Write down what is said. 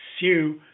sue